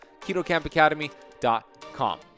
KetoCampAcademy.com